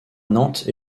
nantes